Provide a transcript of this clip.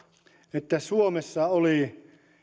että suomessa oli